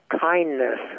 kindness